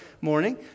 morning